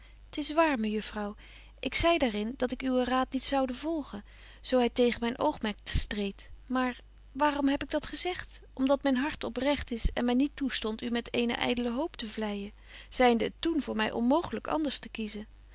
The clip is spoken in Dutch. t is wààr mejuffrouw ik zei dààr in dat ik uwen raad niet zoude volgen zo hy tegen myn oogmerk streedt maar waarom heb ik dat gezegt om dat myn hart oprecht is en my niet toestondt u met eene ydele hoop te vleyen zynde het toen voor my onmooglyk anders te kiezen